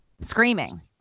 Screaming